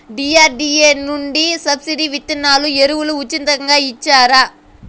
DRDA నుండి subsidy విత్తనాలు ఎరువులు ఉచితంగా ఇచ్చారా?